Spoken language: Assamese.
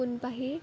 সোনপাহি